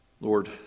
Lord